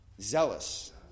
Zealous